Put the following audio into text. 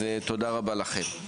תודה רבה לכם.